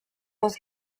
was